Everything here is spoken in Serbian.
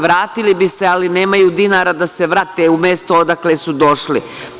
Vratili bi se, ali nemaju dinara da se vrate u mesto odakle su došli.